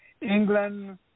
England